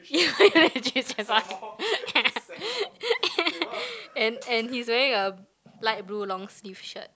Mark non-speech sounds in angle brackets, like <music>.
yeah yeah as us <laughs> and and he's wearing a light blue long sleeve shirt